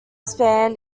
span